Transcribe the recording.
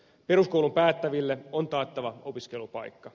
peruskoulun päättäville on taattava opiskelupaikka